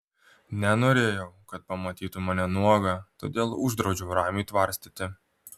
nenorėjau kad pamatytų mane nuogą todėl uždraudžiau raimiui tvarstyti